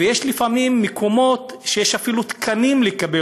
ויש לפעמים מקומות שיש אפילו תקנים לקבל